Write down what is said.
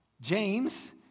James